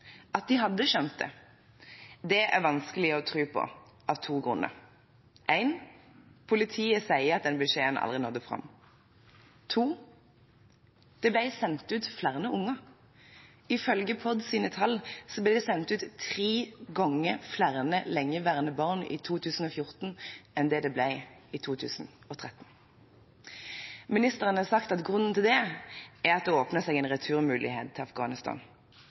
at de hadde skjønt det. Det er vanskelig å tro på, av to grunner: 1. Politiet sier at den beskjeden nådde aldri fram. 2. Det ble sendt ut flere unger. Ifølge PODs tall ble det sendt ut tre ganger flere lengeværende barn i 2014 enn det ble i 2013. Ministeren har sagt at grunnen til det er at det åpnet seg en returmulighet til Afghanistan.